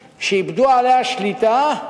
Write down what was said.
שבועת הנדל"ן, כשאיבדו עליה שליטה,